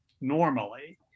normally